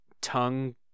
tongue